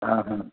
हा हा